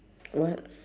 what